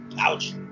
Ouch